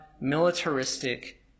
militaristic